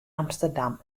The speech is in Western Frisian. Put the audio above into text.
amsterdam